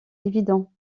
évident